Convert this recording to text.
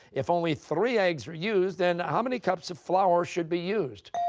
if only three eggs are used, then how many cups of flour should be used?